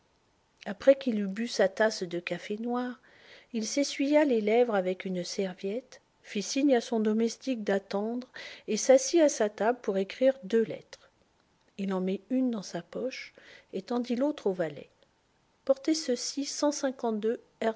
après qu'il eut bu sa tasse de café noir il s'essuya les lèvres avec une serviette fit signe à son domestique d'attendre et s'assit à sa table pour écrire deux lettres il en mit une dans sa poche et tendit l'autre au valet portez ceci